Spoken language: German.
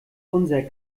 unser